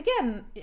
again